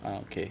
okay